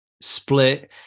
split